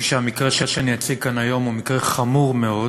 אני חושב שהמקרה שאני אציג כאן היום הוא מקרה חמור מאוד